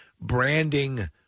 branding